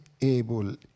able